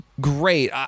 great